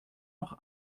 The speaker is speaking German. auch